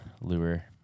lure